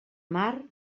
mar